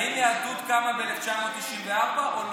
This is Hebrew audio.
האם היהדות קמה ב-1994 או לא?